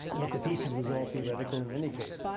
but the thesis was all theoretical, in any case.